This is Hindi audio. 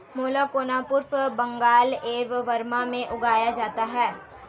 मैलाकोना पूर्वी बंगाल एवं बर्मा में उगाया जाता है